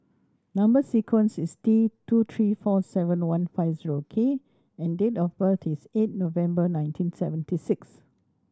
number sequence is T two three four seven one five zero K and date of birth is eight November nineteen seventy six